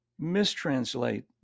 mistranslate